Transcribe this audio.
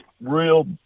real